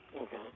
Okay